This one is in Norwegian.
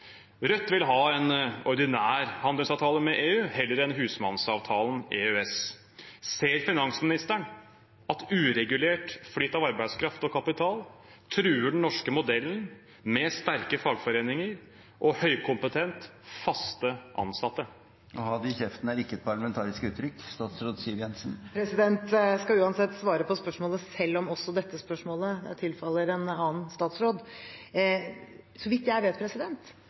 Rødt vil ha en ordinær handelsavtale med EU heller enn husmannsavtalen EØS. Ser finansministeren at uregulert flyt av arbeidskraft og kapital truer den norske modellen med sterke fagforeninger og høykompetente, fast ansatte? «Å ha det i kjeften» er ikke et parlamentarisk uttrykk. Jeg skal uansett svare på spørsmålet, selv om også dette spørsmålet tilfaller en annen statsråd. Så vidt jeg vet,